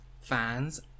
fans